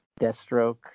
Deathstroke